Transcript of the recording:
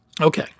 Okay